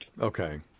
Okay